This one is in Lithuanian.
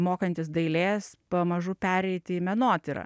mokantis dailės pamažu pereiti į menotyrą